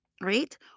right